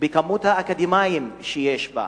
ובכמות האקדמאים שבה.